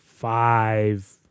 five